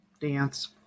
dance